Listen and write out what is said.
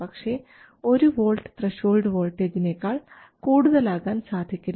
പക്ഷേ 1 volt threshold വോൾട്ടേജിനേക്കാൾ കൂടുതലാകാൻ സാധിക്കില്ല